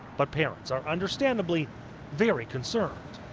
but parents are understandably very concerned.